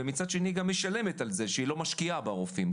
ומצד שני גם משלמת על זה שהיא לא משקיעה ברופאים,